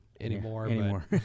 anymore